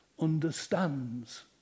understands